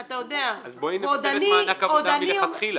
אז בואי נבטל את מענק העבודה מלכתחילה.